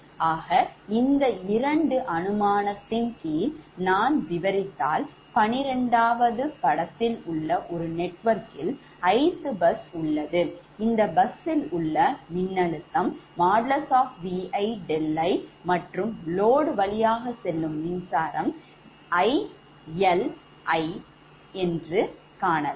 ஆக இந்த இரண்டு அனுமானத்தின் கீழ் நான் விவரித்தால்12 ஆவது படத்தில் உள்ள ஒரு நெட்வொர்க்கில் ith bus உள்ளது இந்த busல் உள்ள மின்னழுத்தம் |𝑉𝑖|∠𝛿𝑖 மற்றும் load வழியாக செல்லும் மின்சாரம் 𝐼𝐿𝑖 இன்று காணலாம்